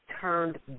turned